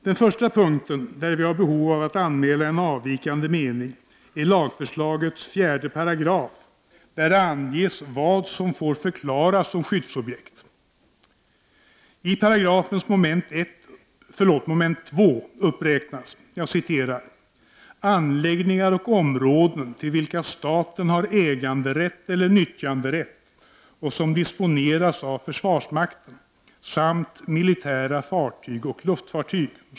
Den första punkten där vi har behov av att anmäla en avvikande mening är lagförslagets 4 §, där det anges vad som får förklaras som skyddsobjekt. I 4§ 2 mom. uppräknas ”anläggningar och områden till vilka staten har äganderätt eller nyttjanderätt och som disponeras av försvarsmakten samt militära fartyg och luftfartyg”.